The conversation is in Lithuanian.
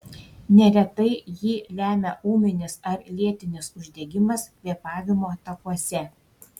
neretai jį lemia ūminis ar lėtinis uždegimas kvėpavimo takuose